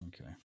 Okay